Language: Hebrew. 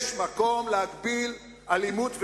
יש מקום להגביל אלימות וכוח,